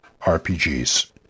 RPGs